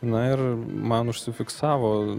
na ir man užsifiksavo